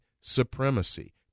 supremacy